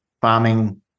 farming